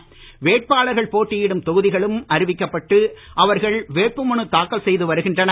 பட்டியலை வேட்பாளர்கள் போட்டியிடும் தொகுதிகளும் அறிவிக்கப்பட்டு அவர்கள் வேட்புமனு தாக்கல் செய்து வருகின்றனர்